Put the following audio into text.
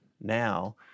Now